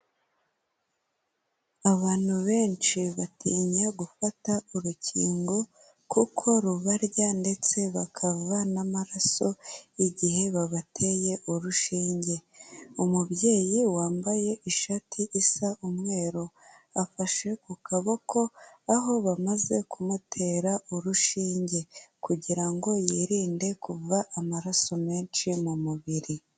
Abantu benshi batinya gufata urukingo kuko rubarya ndetse bakava n'amaraso igihe babateye urushinge, umubyeyi wambaye ishati isa umweru afashe ku kaboko aho bamaze kumutera urushinge, kugira ngo yirinde kuva amaraso menshi mu mubiri.